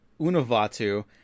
Unavatu